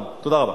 תודה רבה.